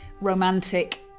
romantic